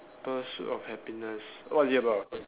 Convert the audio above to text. pursuit of happiness what is it about